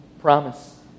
Promise